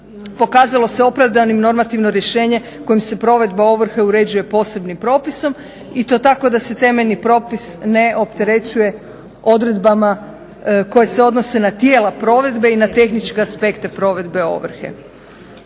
Pokazalo se opravdanim normativno rješenje kojim se provedba ovrhe uređuje posebnim propisom i to tako da se temeljni propis ne opterećuje odredbama koje se odnose na tijela provedbe i na tehničke aspekte provedbe ovrhe.